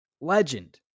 Legend